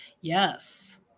Yes